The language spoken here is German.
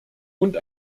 und